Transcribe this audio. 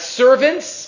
servants